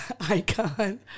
Icon